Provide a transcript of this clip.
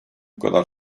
kadar